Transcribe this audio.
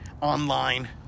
online